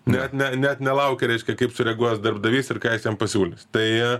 net ne net nelaukia reiškia kaip sureaguos darbdavys ir ką jis jam pasiūlys tai